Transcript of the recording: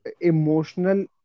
emotional